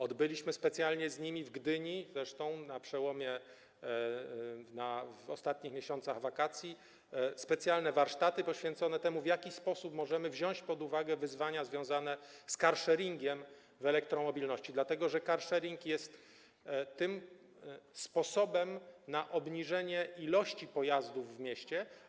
Odbyliśmy specjalnie z nimi w Gdyni, zresztą na przełomie... w ostatnich tygodniach wakacji, specjalne warsztaty poświęcone temu, w jaki sposób możemy wziąć pod uwagę wyzwania związane z carsharingiem w elektromobilności, dlatego że carsharing jest sposobem na obniżenie liczby pojazdów w mieście.